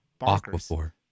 Aquaphor